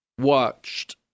Watched